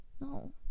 No